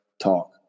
talk